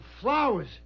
flowers